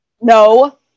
No